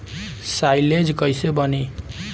Silage कईसे बनी?